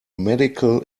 medical